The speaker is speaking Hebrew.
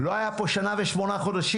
לא היה פה שנה ושמונה חודשים.